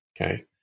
okay